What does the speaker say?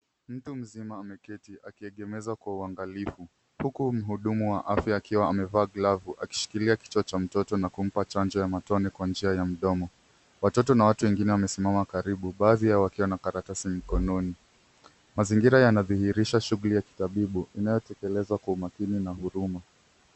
Mtu mzima ameketi akiegemeza kwa uangalifu huku mhudumu wa afya akiwa amevaa glavu akishikilia kichwa cha mtoto na kumpa chanjo ya matone kwa njia ya mdomo. Watoto na watu wengine wamesimama karibu, baadhi yao wakiwa na karatasi mikononi. Mazingira yanadhihirisha shughuli ya kitabibu inayotekelezwa kwa umakini na huruma.